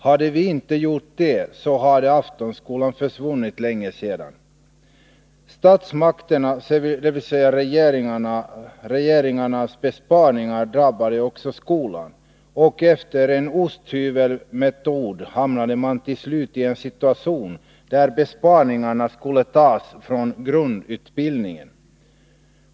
Hade vi inte gjort det, hade Aftonskolan försvunnit för länge sedan. Statsmakternas, dvs. regeringarnas, besparingar drabbade också skolan, och efter tillämpandet av osthyvelsmetoden hamnade man till slut i en situation där besparingarna skulle göras på grundutbildningen.